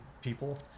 people